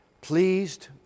pleased